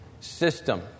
system